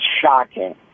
shocking